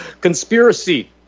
Conspiracy